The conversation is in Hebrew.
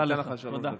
אני אתן לך שלוש דקות.